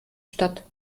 statt